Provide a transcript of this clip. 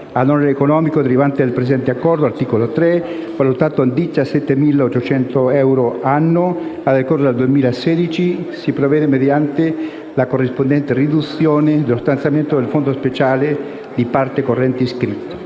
All'onere economico derivante dal presente Accordo (articolo 3), valutato in 17.800 euro annui a decorrere dal 2016, si provvede mediante la corrispondente riduzione dello stanziamento del fondo speciale di parte corrente iscritto,